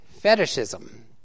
fetishism